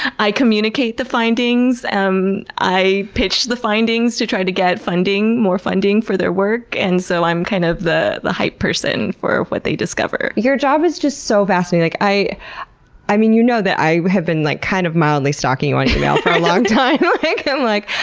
i communicate the findings. um i pitch the findings to try to get funding, more funding for their work, and so i'm kind of the the hype person for what they discover. your job is just so fascinating. like i i mean, you know that i have been like kind of mildly stalking you on email for a long time, i'm like,